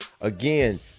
Again